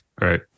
right